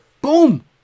Boom